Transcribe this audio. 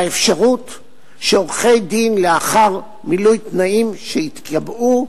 והאפשרות שעורכי-דין, לאחר מילוי תנאים שייקבעו,